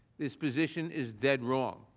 this position is dead wrong.